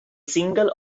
single